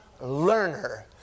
learner